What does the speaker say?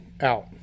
out